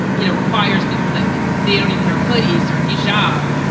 you know, requires people that they only wear hoodies or his job.